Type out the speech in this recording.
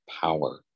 power